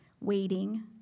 Waiting